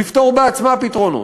לתת בעצמה פתרונות,